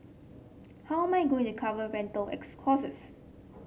how am I going to cover rental costs